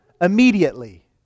immediately